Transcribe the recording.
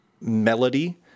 melody